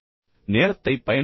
எனவே நேரத்தைப் பயன்படுத்துங்கள்